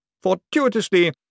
Fortuitously—